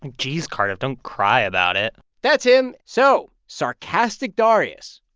and jeez, cardiff, don't cry about it that's him. so, sarcastic darius,